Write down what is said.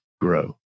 grow